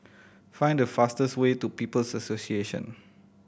find the fastest way to People's Association